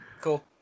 Cool